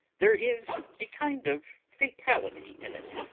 there is a kind of fatality in it.